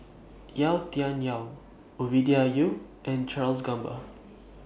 Yau Tian Yau Ovidia Yu and Charles Gamba